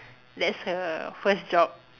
that's her first job